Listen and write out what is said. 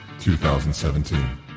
2017